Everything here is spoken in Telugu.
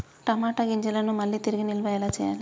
టమాట గింజలను మళ్ళీ తిరిగి నిల్వ ఎలా చేయాలి?